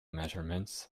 measurements